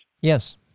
Yes